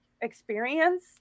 experience